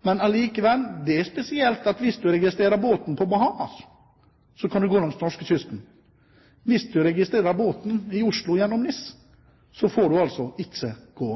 Men allikevel, det er spesielt at hvis du registrerer båten på Bahamas, kan du gå langs norskekysten, men hvis du registrerer båten i Oslo gjennom NIS, får du altså ikke gå